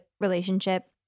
relationship